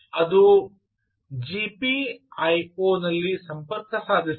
ಅದು ಜಿಪಿಐಒ ನಲ್ಲಿ ಸಂಪರ್ಕ ಸಾಧಿಸಬಹುದು